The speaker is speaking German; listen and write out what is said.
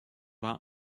war